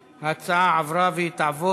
1. ההצעה עברה, והיא תועבר,